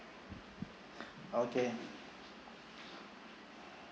okay